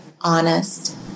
honest